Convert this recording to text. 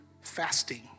fasting